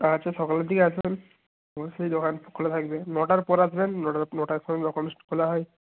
আচ্ছা সকালের দিকে আসবেন অবশ্যই দোকান খোলা থাকবে নটার পর আসবেন নটা নটার সময় দোকান জাস্ট খোলা হয়